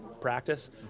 practice